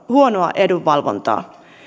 huonoa edunvalvontaa